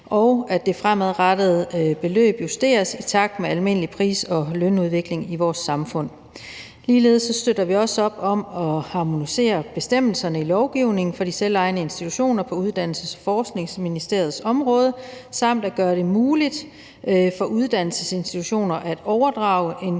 og at beløbet fremadrettet justeres i takt med den almindelige pris- og lønudvikling i vores samfund. Vi støtter ligeledes op om at harmonisere bestemmelserne i lovgivningen for de selvejende institutioner på Uddannelses- og Forskningsministeriets område samt at gøre det muligt for uddannelsesinstitutioner at overdrage en